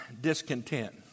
discontent